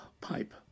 pipe